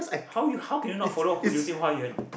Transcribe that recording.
how you how can you not follow